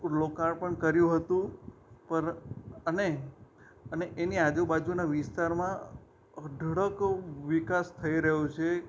લોકાર્પણ કર્યું હતું પણ અને અને એની આજુબાજુના વિસ્તારમાં અઢળક વિકાસ થઈ રહ્યો છે